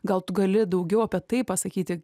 gal tu gali daugiau apie tai pasakyti